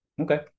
Okay